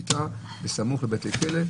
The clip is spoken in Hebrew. שפיטה בסמוך לבתי כלא.